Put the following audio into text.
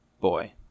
boy